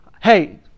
hey